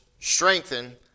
strengthen